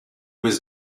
was